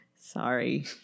Sorry